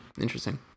Interesting